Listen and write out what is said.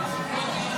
בבקשה.